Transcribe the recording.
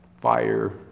fire